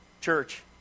church